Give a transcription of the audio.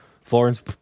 Florence